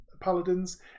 paladins